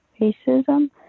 racism